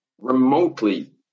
remotely